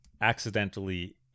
accidentally